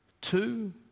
Two